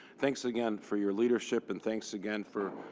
thanks again for your leadership. and thanks again for